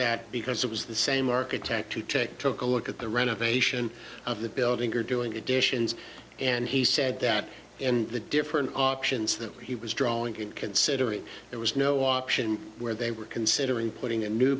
that because it was the same architect to take a look at the renovation of the building or doing additions and he said that and the different options that he was drawing could considering there was no option where they were considering putting a new